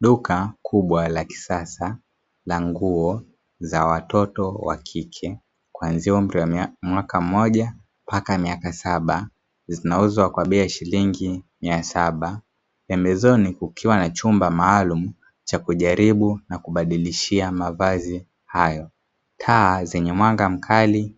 Duka kubwa la kisasa la nguo za watoto wa kike kuanzia umri wa mwaka mmoja mpaka miaka saba zinauzwa kwa bei ya shilingi mia saba, pembezoni kukiwa na chumba maalumu cha kujaribu na kubadilisha mavazi hayo, taa zenye mwanga mkali